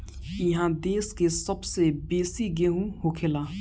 इहा देश के सबसे बेसी गेहूं होखेला